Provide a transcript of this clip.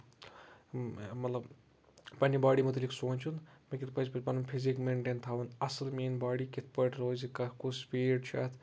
مطلب پَنٕنہِ بوٚڑی مُتعلِق سونچُن مےٚ کِتھ پٲٹھۍ پَزِ پَنُن فِزیٖک میٹین تھاوُن اَصٕل میٲنۍ بوڑی کِتھ پٲٹھۍ روزِ کاہہ کُس فیٖڑ چھُ اَتھ کیاہ